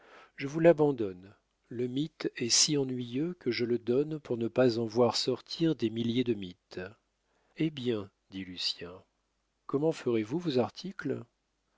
je vous l'abandonne le mythe est si ennuyeux que je le donne pour ne pas en voir sortir des milliers de mites eh bien dit lucien comment ferez-vous vos articles